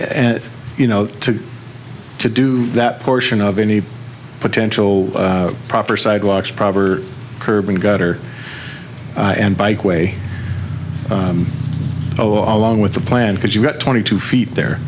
it you know to to do that portion of any potential proper sidewalks probert curb and gutter and bike way oh along with the plan because you've got twenty two feet there